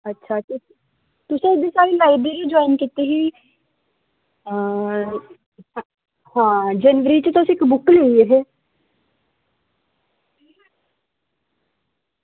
अच्छा तुस तुसें साढ़ी लाइब्रेरी ज्वाइन कीती ही हां हां जनवरी च तुस इक बुक लेई गे हे